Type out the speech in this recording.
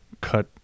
cut